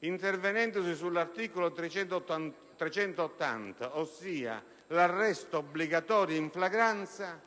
intervenendo sull'articolo 380, ossia sull'arresto obbligatorio in flagranza,